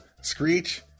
Screech